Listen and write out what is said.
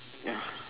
ya